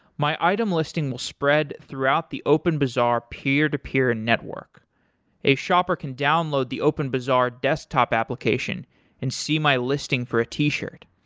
my item listing will spread throughout the openbazaar, peer-to-peer and network a shopper can download the openbazaar desktop application and see my listing for a t-shirt.